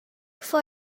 for